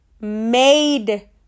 made